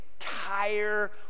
entire